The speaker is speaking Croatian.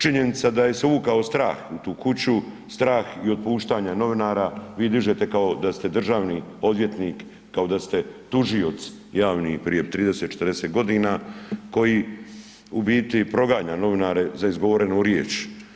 Činjenica je da se uvukao strah u tu kuću, strah i od otpuštanja novinara, vi dižete kao da ste državni odvjetnik, kao da ste tužioc javni prije 30, 40 godina koji u biti proganja novinare za izgovorenu riječ.